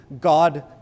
God